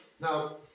Now